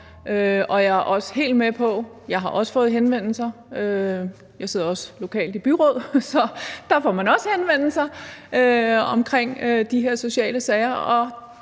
Jeg er også helt med på – jeg har også fået henvendelser; jeg sidder lokalt i byråd, og der får man også henvendelser om de her sociale sager